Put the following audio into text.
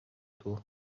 дуу